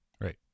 right